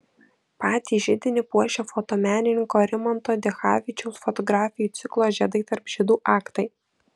patį židinį puošia fotomenininko rimanto dichavičiaus fotografijų ciklo žiedai tarp žiedų aktai